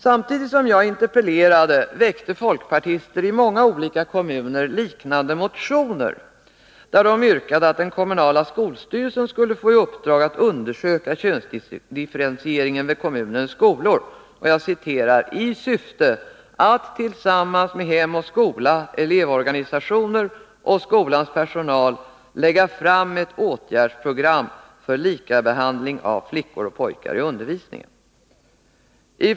Samtidigt som jag interpellerade väckte folkpartister i många olika kommuner liknande motioner, där de yrkade att den kommunala skolstyrelsen skulle få i uppdrag att undersöka könsdifferentieringen vid kommunens skolor i syfte att tillsammans med Hem och Skola, elevorganisationer och skolans personal lägga fram ett åtgärdsprogram för lika behandling av flickor och pojkar i undervisningen.